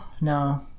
no